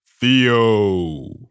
Theo